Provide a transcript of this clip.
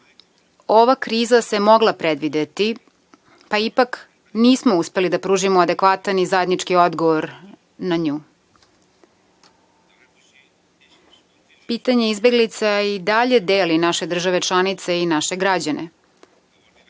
Ova kriza se mogla predvideti, pa ipak nismo uspeli da pružimo adekvatan i zajednički odgovor na nju. Pitanje izbeglica i dalje deli naše države članice i naše građane.